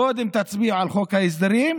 קודם תצביעו על חוק ההסדרים,